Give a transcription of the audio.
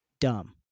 dumb